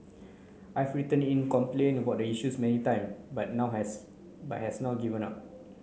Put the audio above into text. I've written in to complain about the issues many times but not has but has now given up